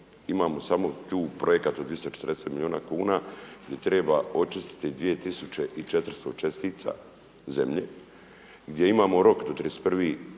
imamo samo tu projekat od 240 milijuna kuna gdje treba očistiti 2400 čestica zemlje, gdje imamo rok do 31.12.2018.